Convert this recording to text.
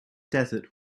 desert